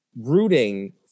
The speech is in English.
rooting